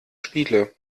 spiele